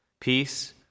peace